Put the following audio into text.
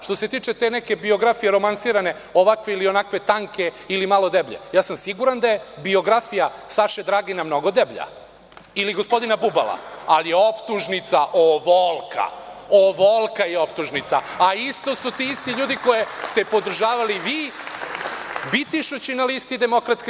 Što se tiče te biografije romansirane, ovakve ili onakve, tanke ili malo deblje, siguran sam da je biografija Saše Dragina mnogo deblja ili gospodina Bubala, ali je optužnica ovolika, a isto su ti isti ljudi koje ste podržavali vi, bitišući na listi DS.